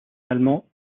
allemand